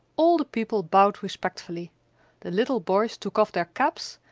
all the people bowed respectfully the little boys took off their caps,